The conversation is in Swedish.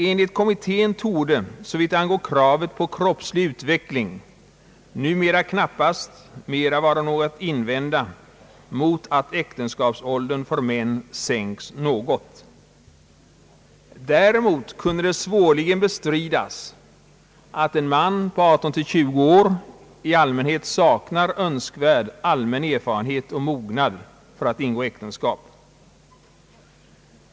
Enligt kommittén torde såvitt angår kravet på kroppslig utveckling numera knappast någonting vara att invända mot att äktenskapsåldern för män sänks något. Däremot kunde det svårligen bestridas att en man i åldern 18 till 20 år i regel saknar önskvärd allmän erfarenhet och mognad för att ingå äktenskap.